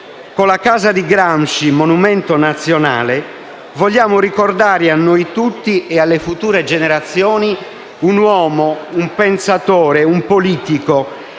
Con la casa di Gramsci monumento nazionale vogliamo ricordare a noi tutti e alle future generazioni un uomo, un pensatore, un politico